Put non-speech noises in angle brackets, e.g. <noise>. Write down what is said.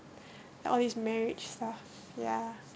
<breath> all this marriage stuff ya